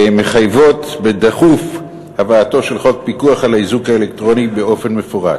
מחייב הבאתו בדחיפות של חוק פיקוח על האיזוק האלקטרוני מפורט.